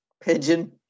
Pigeon